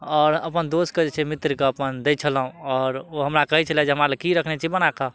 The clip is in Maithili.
आओर अपन दोस्तके जे छै मित्र शके अपन दै छलहुॅं आओर ओ हमरा कहै छलै जे हमरा लऽ की रखने छी बनाकऽ